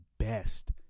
Best